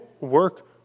work